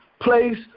place